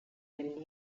den